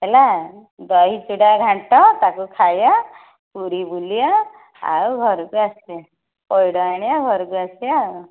ହେଲା ଦହି ଚୂଡ଼ା ଘାଣ୍ଟ ତାକୁ ଖାଇବା ପୁରୀ ବୁଲିବା ଆଉ ଘରକୁ ଆସିବା ପଇଡ଼ ଆଣିବା ଘରକୁ ଆସିବା ଆଉ